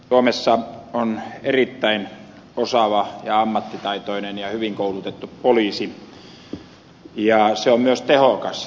suomessa on erittäin osaava ja ammattitaitoinen ja hyvin koulutettu poliisi ja se on myös tehokas